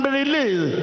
release